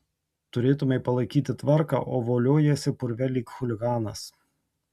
turėtumei palaikyti tvarką o voliojiesi purve lyg chuliganas